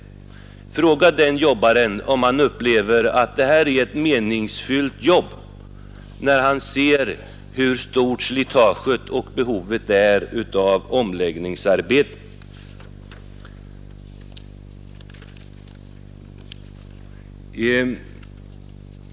Fråga den jobbaren om han upplever att det är meningsfyllt jobb, när han ser hur stort slitaget och behovet är av omläggningsarbeten.